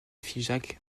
figeac